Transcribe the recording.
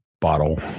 bottle